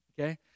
Okay